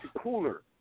cooler